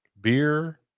beer